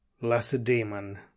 Lacedaemon